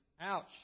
ouch